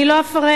אני לא אפרט